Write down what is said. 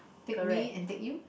take me and take you